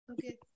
okay